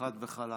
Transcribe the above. חד וחלק.